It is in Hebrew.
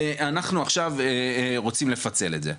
אנחנו עכשיו רוצים לפצל את זה.